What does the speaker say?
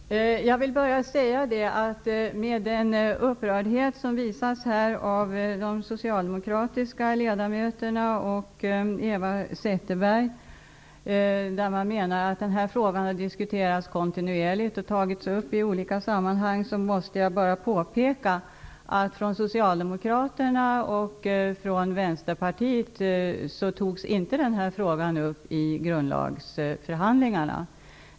Fru talman! Jag vill bara med tanke på den upprördhet som här visas av de socialdemokratiska ledamöterna och Eva Zetterberg, som menar att denna fråga har diskuterats kontinuerligt och har tagits upp i olika sammanhang, påpeka att denna fråga inte togs upp av Socialdemokraterna eller Vänsterpartiet i grundlagsförhandlingarna.